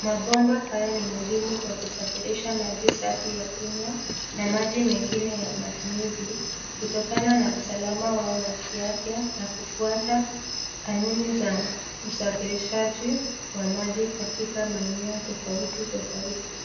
Mabomba haya ni muhimu kwa kusafirisha maji safi ya kunywa na maji mengine ya matumizi kutokana na usalama wao wa kiafya na kufuata kanuni za usafirishaji wa maji katika maeneo tofauti tofauti.